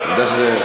אני מוותר.